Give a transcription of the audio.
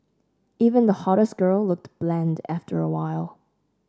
even the hottest girl looked bland after awhile